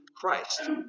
Christ